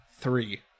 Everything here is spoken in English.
Three